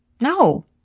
No